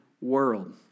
world